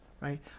right